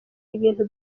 ibintu